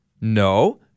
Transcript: No